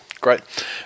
Great